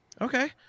Okay